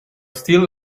still